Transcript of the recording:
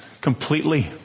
completely